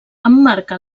emmarca